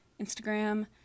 Instagram